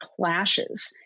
clashes